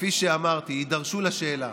כפי שאמרתי, יידרשו לשאלה